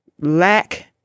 lack